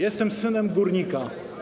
Jestem synem górnika.